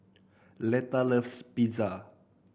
Leta loves Pizza